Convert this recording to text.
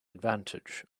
advantage